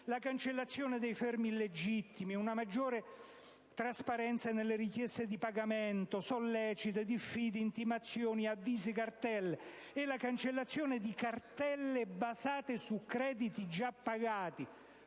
la cancellazione dei fermi illegittimi, una maggiore trasparenza nelle richieste di pagamento (solleciti, diffide, intimazioni, avvisi, cartelle) e la cancellazione di cartelle basate su crediti già pagati,